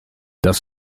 das